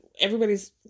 everybody's